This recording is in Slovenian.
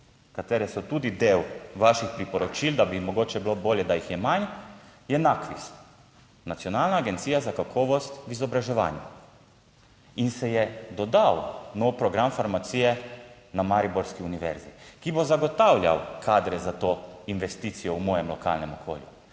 katere so tudi del vaših priporočil, da bi mogoče bilo bolje, da jih je manj, je NAKVIS, Nacionalna agencija za kakovost v izobraževanju. In se je dodal nov program farmacije na mariborski univerzi, ki bo zagotavljal kadre za to investicijo v mojem lokalnem okolju